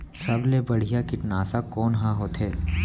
सबले बढ़िया कीटनाशक कोन ह होथे?